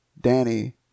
Danny